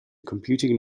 computing